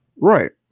right